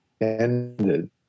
ended